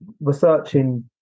researching